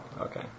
okay